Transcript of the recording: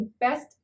best